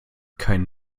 keinen